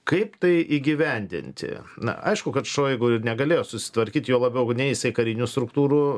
kaip tai įgyvendinti na aišku kad šoigu negalėjo susitvarkyt juo labiau nei jisai karinių struktūrų